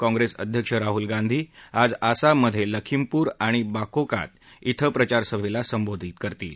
काँग्रेस अध्यक्ष राहुल गांधी आज आसाममधे लखीमपूर आणि बोकाकोत धि प्रचारसभेला संबोधित करतील